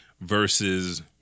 versus